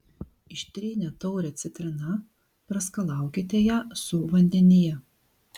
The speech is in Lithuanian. ištrynę taurę citrina praskalaukite ją su vandenyje